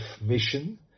mission